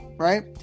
Right